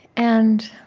and